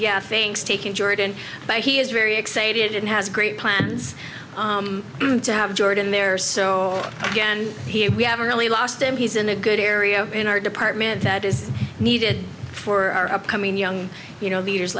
things take in jordan but he is very excited and has great plans to have jordan there so again we haven't really lost him he's in a good area in our department that is needed for our upcoming young you know leaders